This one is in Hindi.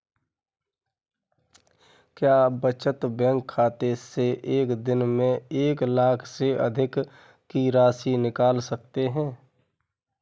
क्या बचत बैंक खाते से एक दिन में एक लाख से अधिक की राशि निकाल सकते हैं?